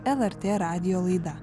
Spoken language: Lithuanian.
lrt radijo laida